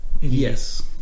yes